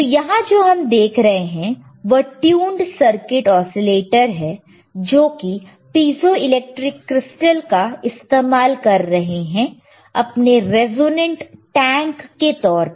तो यहां जो हम देख रहे हैं वह ट्यून्ड सर्किट ओसीलेटर है जोकि पीजोंइलेक्ट्रिक क्रिस्टल का इस्तेमाल कर रहे हैं अपने रेजोनेंट टैंक के तौर पर